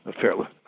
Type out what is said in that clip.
fairly